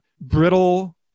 brittle